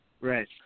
Right